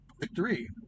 Victory